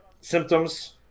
Symptoms